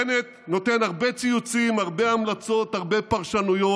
בנט נותן הרבה ציוצים, הרבה המלצות, הרבה פרשנויות